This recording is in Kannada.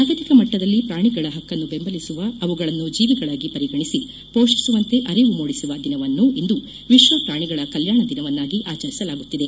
ಜಾಗತಿಕ ಮಟ್ಟದಲ್ಲಿ ಪ್ರಾಣಿಗಳ ಹಕ್ಕನ್ನು ಬೆಂಬಲಿಸುವ ಅವುಗಳನ್ನು ಜೀವಿಗಳಾಗಿ ಪರಿಗಣಿಸಿ ಪೋಷಿಸುವಂತೆ ಅರಿವು ಮೂಡಿಸುವ ದಿನವನ್ನು ಇಂದು ವಿಶ್ವ ಪ್ರಾಣಿಗಳ ಕಲ್ಯಾಣ ದಿನವನ್ನಾಗಿ ಆಚರಿಸಲಾಗುತ್ತಿದೆ